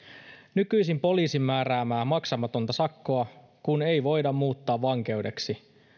nykyisin poliisin määräämää maksamatonta sakkoa kun ei voida muuttaa vankeudeksi